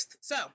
So-